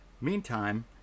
Meantime